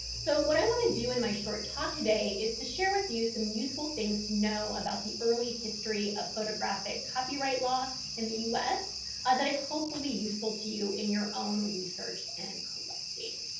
so what i want to do in my short talk today is to share with you some useful things to know about the early history of photographic copyright law in the us that i hope will be useful to you in your own research and collecting.